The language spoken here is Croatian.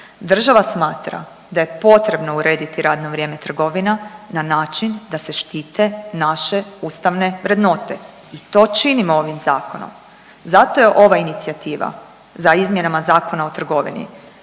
Država smatra da je potrebno urediti radno vrijeme trgovina na način da se štite naše ustavne vrednote i to činimo ovim zakonom. Zato je ova inicijativa za izmjenama Zakona o trgovini